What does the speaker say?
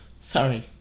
Sorry